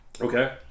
Okay